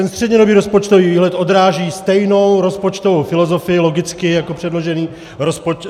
Střednědobý rozpočtový výhled odráží stejnou rozpočtovou filozofii, logicky, jako předložený rozpočet.